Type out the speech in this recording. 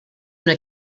una